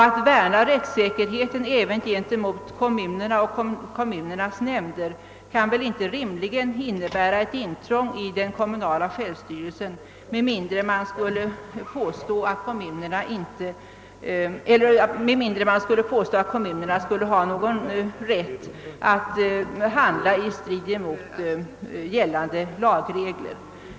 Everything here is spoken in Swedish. Att detta sker även gentemot kommunerna och kommunernas nämnder kan väl inte rimligen anses innebära ett intrång i den kommunala självstyrelsen med mindre än att man hävdar att kommunerna skulle ha rätt att handla i strid mot gäl lande lagar.